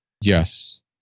Yes